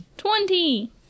Twenty